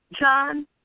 John